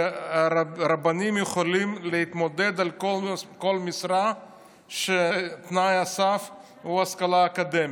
שהרבנים יכולים להתמודד על כל משרה שתנאי הסף הוא השכלה אקדמית.